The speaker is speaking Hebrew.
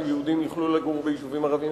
שיהודים יוכלו לגור ביישובים ערביים,